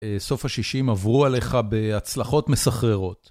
סוף השישים עברו עליך בהצלחות מסחררות.